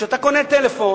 כשאתה קונה טלפון,